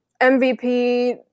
MVP